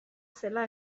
zela